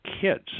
kids